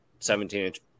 17-inch